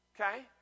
Okay